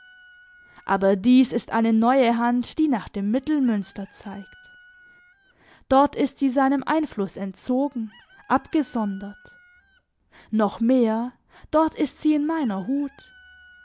aber dies ist eine neue hand die nach dem mittelmünster zeigt dort ist sie seinem einfluß entzogen abgesondert noch mehr dort ist sie in meiner hut